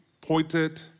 pointed